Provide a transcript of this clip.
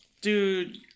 dude